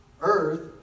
earth